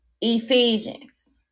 Ephesians